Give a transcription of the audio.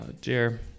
Dear